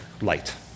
light